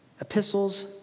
epistles